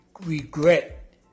regret